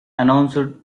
announced